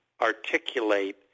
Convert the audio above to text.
articulate